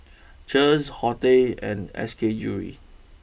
Cheers Horti and S K Jewellery